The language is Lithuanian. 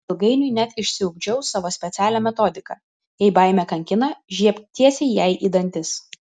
ilgainiui net išsiugdžiau savo specialią metodiką jei baimė kankina žiebk tiesiai jai į dantis